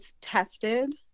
tested